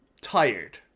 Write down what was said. tired